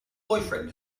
boyfriend